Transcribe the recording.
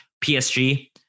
PSG